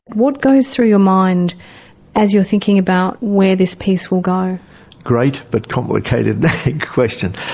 what goes through your mind as you're thinking about where this piece will go? a great but complicated question,